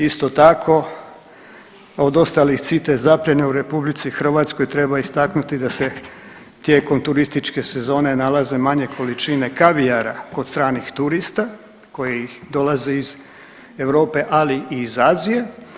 Isto tako, od ostalih CITIS zapljena u RH treba istaknuti da se tijekom turističke sezone nalaze manje količine kavijara kod stranih turista koji dolaze iz Europe, ali i iz Azije.